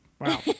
Wow